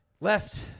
left